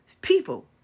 people